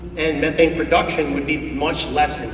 and methane production would be much less